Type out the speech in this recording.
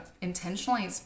intentionally